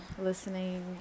listening